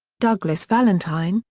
douglas valentine,